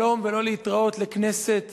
שלום ולא להתראות לכנסת